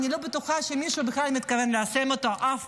אני לא בטוחה שמישהו בכלל מתכוון ליישם אותו אף פעם.